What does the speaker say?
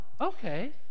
okay